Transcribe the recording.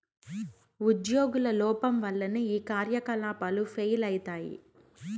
ఉజ్యోగుల లోపం వల్లనే ఈ కార్యకలాపాలు ఫెయిల్ అయితయి